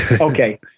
okay